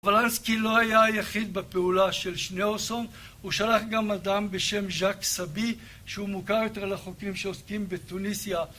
וולנסקי לא היה היחיד בפעולה של שניאוסון, הוא שלח גם אדם בשם ז'אק סבי שהוא מוכר יותר לחוקרים שעוסקים בטוניסיה